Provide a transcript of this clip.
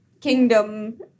Kingdom